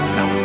Now